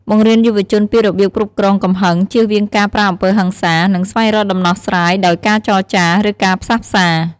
បង្រៀនយុវជនពីរបៀបគ្រប់គ្រងកំហឹង ជៀសវាងការប្រើអំពើហិង្សា និងស្វែងរកដំណោះស្រាយដោយការចរចា ឬការផ្សះផ្សា។